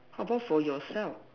how about for yourself